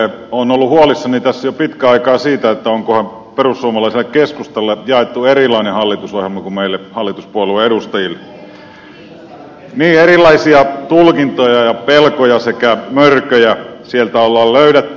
olen ollut huolissani tässä jo pitkän aikaa siitä onkohan perussuomalaisille ja keskustalle jaettu erilainen hallitusohjelma kuin meille hallituspuolueiden edustajille niin erilaisia tulkintoja ja pelkoja sekä mörköjä sieltä on löydetty